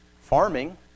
farming